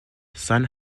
son